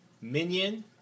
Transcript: Minion